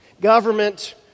Government